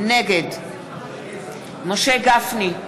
נגד משה גפני,